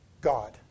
God